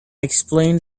explained